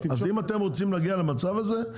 אם אתם רוצים להגיע למצב הזה,